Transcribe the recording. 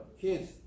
kids